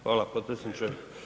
Hvala potpredsjedniče.